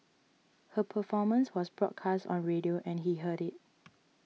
her performance was broadcast on radio and he heard it